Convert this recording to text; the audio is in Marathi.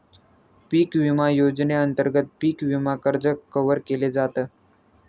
पिक विमा योजनेअंतर्गत पिक विमा कर्ज कव्हर केल जात